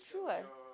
true [what]